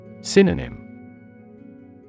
Synonym